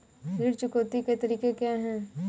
ऋण चुकौती के तरीके क्या हैं?